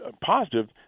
positive